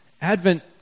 Advent